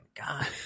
God